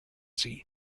sea